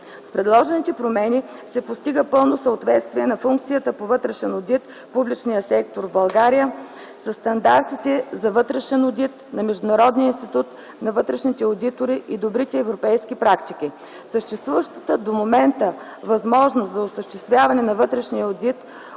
С предложените промени се постига пълно съответствие на функцията по вътрешен одит в публичния сектор в България със стандартите за вътрешен одит на Международния институт на вътрешните одитори и добрите европейски практики. Съществуващата до момента възможност за осъществяване на вътрешния одит